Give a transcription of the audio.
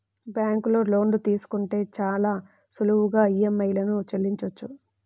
బ్యేంకులో లోన్లు తీసుకుంటే చాలా సులువుగా ఈఎంఐలను చెల్లించొచ్చు